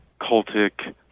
cultic